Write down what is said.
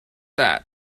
that